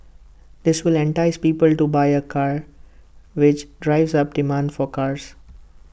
this will entice people to buy A car which drives up demand for cars